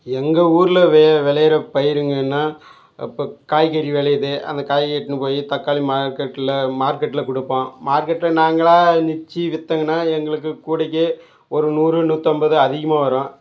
எங்கள் ஊரில் வெ விளையிற பயிருங்கன்னால் இப்போ காய்கறி விளையிது அந்தக் காய் எடுத்துகின்னு போய் தக்காளி மார்க்கெட்டில் மார்க்கெட்டில் கொடுப்போம் மார்க்கெட்டில் நாங்களாக நிச்சு விற்றமுனா எங்களுக்கு கூடைக்கு ஒரு நூறு நூற்றம்பது அதிகமாக வரும்